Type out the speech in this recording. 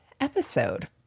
episode